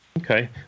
okay